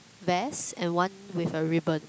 vest and one with a ribbon